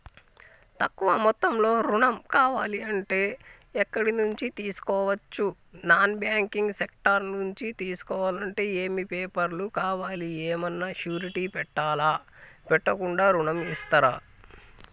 తక్కువ మొత్తంలో ఋణం కావాలి అంటే ఎక్కడి నుంచి తీసుకోవచ్చు? నాన్ బ్యాంకింగ్ సెక్టార్ నుంచి తీసుకోవాలంటే ఏమి పేపర్ లు కావాలి? ఏమన్నా షూరిటీ పెట్టాలా? పెట్టకుండా ఋణం ఇస్తరా?